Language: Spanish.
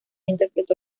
interpretó